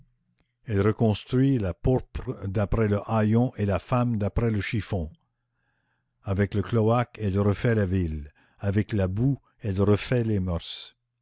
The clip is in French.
elle reconstruit la pourpre d'après le haillon et la femme d'après le chiffon avec le cloaque elle refait la ville avec la boue elle refait les moeurs